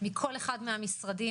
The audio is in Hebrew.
מכל אחד מהמשרדים.